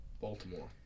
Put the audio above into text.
Baltimore